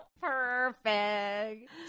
Perfect